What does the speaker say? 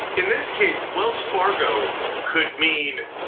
in this case, wells fargo could mean,